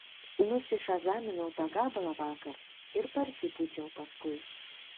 nusišazaminau tą gabalą vakar ir parsipūčiau paskui